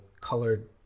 colored